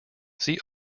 see